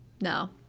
no